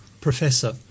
professor